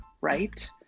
right